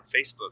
Facebook